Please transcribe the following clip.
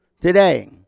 today